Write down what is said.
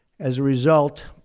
as a result,